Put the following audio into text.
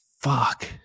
fuck